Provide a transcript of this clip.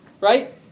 Right